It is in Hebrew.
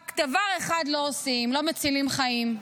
רק דבר אחד לא עושים, לא מצילים חיים.